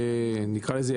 שנקרא לזה,